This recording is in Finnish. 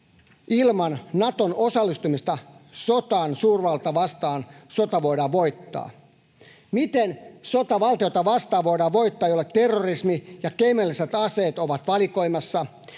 ilman Naton osallistumista sotaan suurvaltaa vastaan? Miten voidaan voittaa sota valtiota vastaan, jolle terrorismi ja kemialliset aseet ovat valikoimassa,